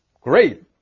great